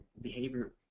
behavior